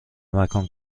مکان